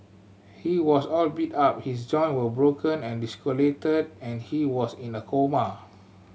he was all beat up his joint were broken and dislocated and he was in a coma